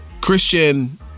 Christian